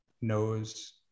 knows